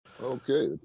okay